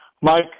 Mike